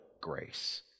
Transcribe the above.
grace